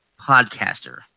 podcaster